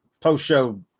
post-show